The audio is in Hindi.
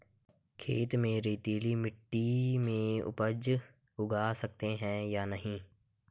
खेत में रेतीली मिटी में उपज उगा सकते हैं या नहीं?